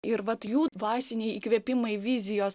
ir vat jų dvasiniai įkvėpimai vizijos